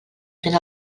fent